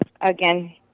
again